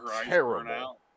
terrible